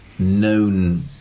Known